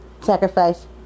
sacrifice